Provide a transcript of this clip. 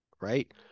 right